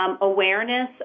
awareness